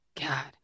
god